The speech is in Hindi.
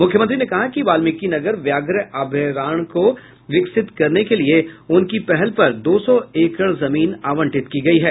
मूख्यमंत्री ने कहा कि वाल्मीकिनगर व्याघ्र अभ्यारण्य को विकसित करने के लिए उनकी पहल पर दो सौ एकड़ जमीन आवंटित की गई है